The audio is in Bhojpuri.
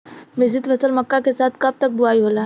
मिश्रित फसल मक्का के साथ कब तक बुआई होला?